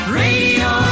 radio